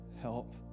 help